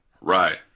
Right